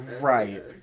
Right